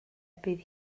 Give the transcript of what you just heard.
bydd